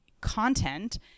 content